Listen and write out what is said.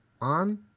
on